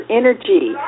energy